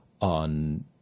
on